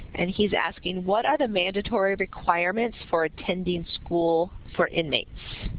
and he's asking what are the mandatory requirements for attending school for inmates?